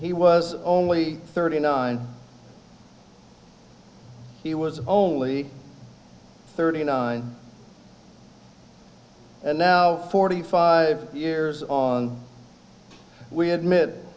he was only thirty nine he was only thirty nine and now forty five years on we admit